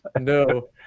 no